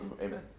Amen